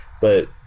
but-